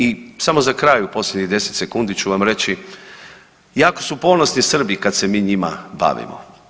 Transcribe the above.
I samo za kraj u posljednjih 10 sekundi ću vam reći, jako su ponosni Srbi kad se mi njima bavimo.